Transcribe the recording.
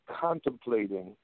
Contemplating